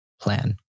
plan